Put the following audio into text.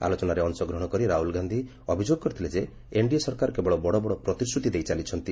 ଆଲୋଚନାରେ ଅଂଶଗ୍ରହଣ କରି ରାହୁଳ ଗାନ୍ଧୀ ଅଭିଯୋଗ କରିଥିଲେ ଯେ ଏନ୍ଡିଏ ସରକାର କେବଳ ବଡ଼ବଡ଼ ପ୍ରତିଶ୍ରତି ଦେଇ ଚାଲିଛନ୍ତି